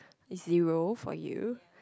easy role for you